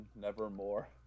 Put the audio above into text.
nevermore